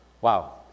Wow